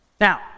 now